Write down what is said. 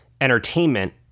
entertainment